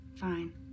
Fine